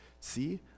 See